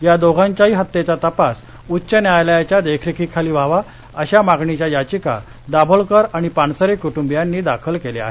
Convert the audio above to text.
या दोघांच्या हत्येचा तपास उच्च न्यायालयाच्या देखरेखीखाली व्हावा अशा मागणीच्या याविका दाभोलकर आणि पानसरे कुटुंबियांनी दाखल केल्या आहेत